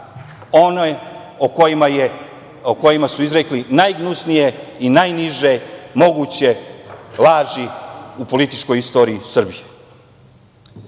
one o kojima su izrekli najgnusnije i najniže moguće laži u političkoj istoriji Srbije.